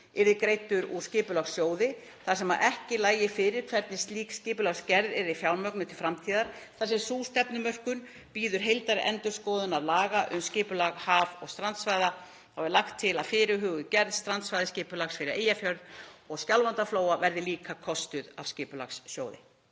yrði greiddur úr Skipulagssjóði þar sem ekki lægi fyrir hvernig slík skipulagsgerð yrði fjármögnuð til framtíðar. Þar sem sú stefnumörkun bíður heildarendurskoðunar laga um skipulag haf- og strandsvæða er lagt til að fyrirhuguð gerð strandsvæðisskipulags fyrir Eyjafjörð og Skjálfandaflóa verði líka kostuð af Skipulagssjóði.